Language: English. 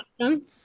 awesome